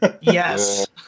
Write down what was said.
Yes